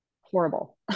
Horrible